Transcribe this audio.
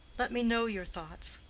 let me know your thoughts.